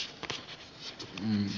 arvoisa puhemies